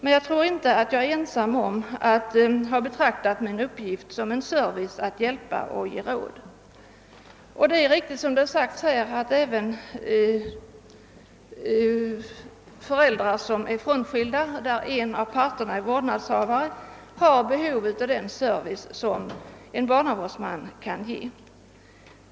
Men jag tror inte att jag är ensam om att ha betraktat min uppgift som en service att hjälpa och ge råd. Och det är riktigt som det har sagts, att även föräldrar som är frånskilda och där en av parterna är vårdnadshavare har behov av den service som en barnavårdsman kan ge.